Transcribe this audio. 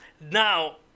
Now